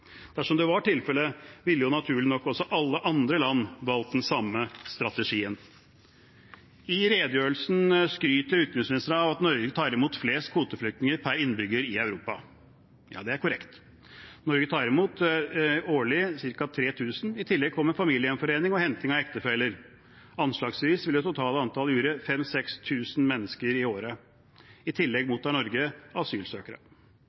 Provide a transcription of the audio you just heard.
Dersom det var tilfellet, ville naturlig nok også alle andre land valgt den samme strategien. I redegjørelsen skryter utenriksministeren av at Norge tar imot flest kvoteflyktninger per innbygger i Europa. Ja, det er korrekt. Norge tar årlig imot ca. 3 000. I tillegg kommer familiegjenforening og henting av ektefeller. Anslagsvis vil det totale antall utgjøre 5 000–6 000 mennesker i året. I tillegg mottar Norge asylsøkere.